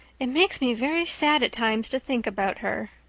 it makes me very sad at times to think about her.